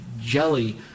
jelly